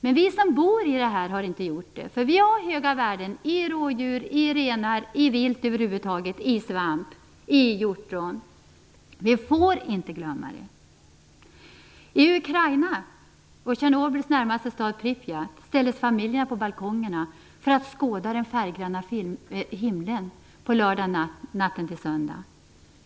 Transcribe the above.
Men vi har höga värden i rådjur och renar, vilt över huvud taget, i svamp och hjortron. Vi får inte glömma den. I Ukraina och Tjernobyls närmaste stad Pripet ställde sig familjerna på balkongerna för att skåda den färggranna himlen natten till söndag.